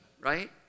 right